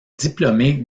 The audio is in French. diplômée